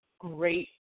Great